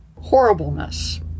horribleness